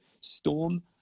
Storm